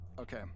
Okay